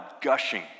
gushing